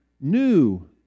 new